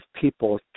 people